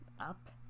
up